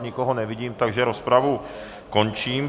Nikoho nevidím, takže rozpravu končím.